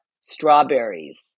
Strawberries